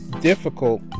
difficult